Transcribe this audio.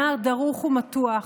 הנער דרוך ומתוח,